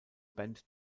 band